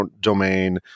domain